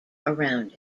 around